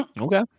Okay